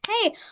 Hey